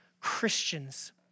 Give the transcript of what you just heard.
Christians